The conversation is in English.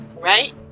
Right